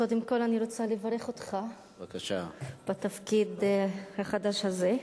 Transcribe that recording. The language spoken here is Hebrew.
קודם כול אני רוצה לברך אותך בתפקיד החדש הזה.